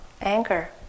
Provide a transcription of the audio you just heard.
anger